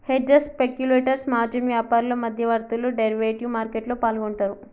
hedgers, speculators, margin వ్యాపారులు, మధ్యవర్తులు derivative మార్కెట్లో పాల్గొంటరు